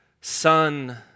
son